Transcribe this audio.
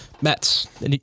Mets